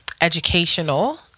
educational